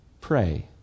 pray